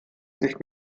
sich